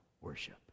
worship